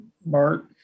Bart